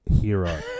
hero